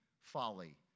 folly